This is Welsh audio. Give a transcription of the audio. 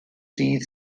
dydd